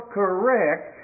correct